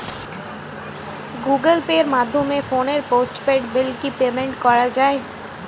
Google পের মাধ্যমে ফোনের পোষ্টপেইড বিল কি পেমেন্ট করা যায়?